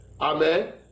Amen